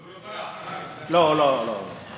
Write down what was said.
אבל הוא לא, לא, לא, לא.